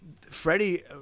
Freddie